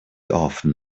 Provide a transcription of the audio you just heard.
often